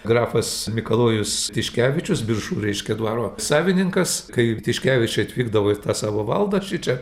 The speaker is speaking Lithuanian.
grafas mikalojus tiškevičius biržų reiškia dvaro savininkas kaip tiškevičiai atvykdavo į tą savo valdą šičia